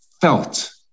felt